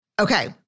Okay